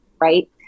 Right